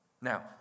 Now